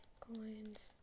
coins